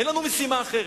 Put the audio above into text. אין לנו משימה אחרת.